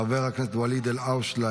חבר הכנסת ואליד אלהואשלה,